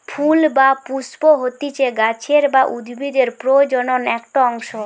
ফুল বা পুস্প হতিছে গাছের বা উদ্ভিদের প্রজনন একটো অংশ